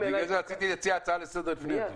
בגלל זה רציתי להציע הצעה לסדר-היום לפני הדיון.